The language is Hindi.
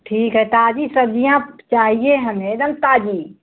ठीक है ताजी सब्जियाँ चाहिए हमें एकदम ताजी